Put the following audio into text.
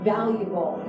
valuable